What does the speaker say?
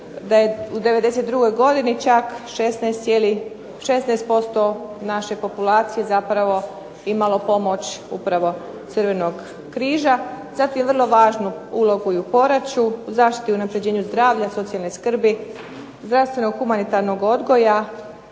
podaci ou 92. godini čak 16,6% naše populacije zapravo imalo pomoć Crvenog križa, zatim vrlo važnu ulogu u Poreču u zaštiti i unapređenju zdravlja i socijalne skrbi, zdravstveno humanitarnog odgoja,